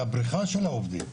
היא הבריחה של העובדים.